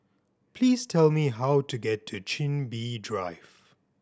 please tell me how to get to Chin Bee Drive